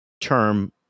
term